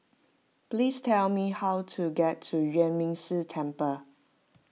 please tell me how to get to Yuan Ming Si Temple